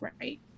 right